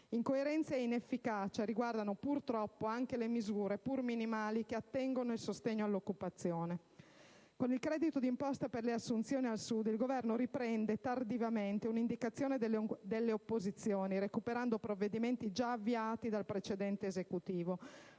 Incoerenza e inefficacia riguardano, purtroppo, anche le misure, pur minimali, che attengono il sostegno all'occupazione. Con il credito d'imposta per le assunzioni al Sud, il Governo riprende, tardivamente, una indicazione delle opposizioni, recuperando provvedimenti già avviati dal precedente Esecutivo.